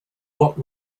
what